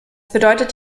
bedeutet